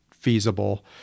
feasible –